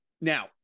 Now